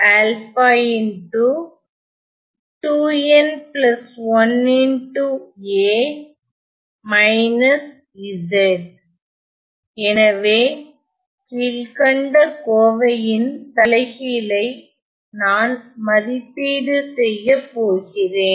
எனவே கீழ்கண்ட கோவையின் தலைகீழை நான் மதிப்பீடு செய்யப்போகிறேன்